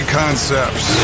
concepts